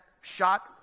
shot